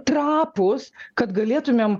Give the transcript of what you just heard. trapūs kad galėtumėm